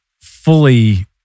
fully